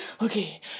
okay